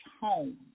home